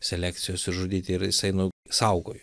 selekcijos išžudyti ir jisai nu saugojo